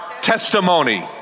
testimony